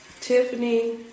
Tiffany